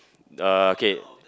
uh K